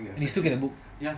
and you still can book